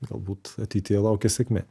galbūt ateityje laukia sėkmė